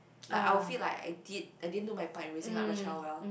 like I'll feel like I did I didn't do my part in raising up my child well